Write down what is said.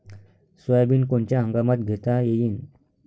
Soybean कोनच्या हंगामात घेता येईन?